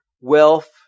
wealth